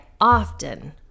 often